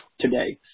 today